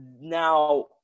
Now